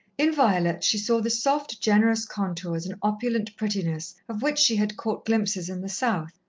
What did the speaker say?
in violet she saw the soft, generous contours and opulent prettiness of which she had caught glimpses in the south.